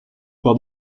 par